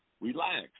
relax